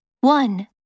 One